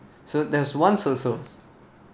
so there's once also